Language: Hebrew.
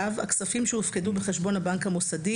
(ו) הכספים שהופקדו בחשבון הבנק המוסדי